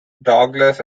douglass